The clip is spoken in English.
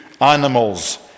animals